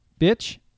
Bitch